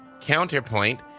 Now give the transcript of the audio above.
counterpoint